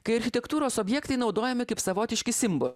kai architektūros objektai naudojami kaip savotiški simboliai